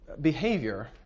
behavior